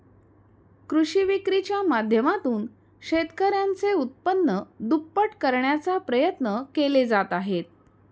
कृषी विक्रीच्या माध्यमातून शेतकऱ्यांचे उत्पन्न दुप्पट करण्याचा प्रयत्न केले जात आहेत